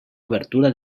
obertura